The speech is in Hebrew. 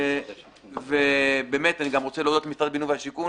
אני גם מודה למשרד הבינוי והשיכון